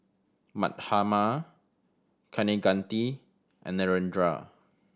Mahatma Kaneganti and Narendra